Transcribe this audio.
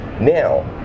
Now